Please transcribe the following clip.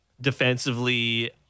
defensively